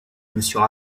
monsieur